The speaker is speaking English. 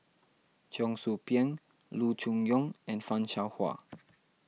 Cheong Soo Pieng Loo Choon Yong and Fan Shao Hua